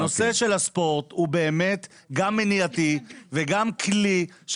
הנושא של הספורט הוא באמת גם מניעתי וגם כלי.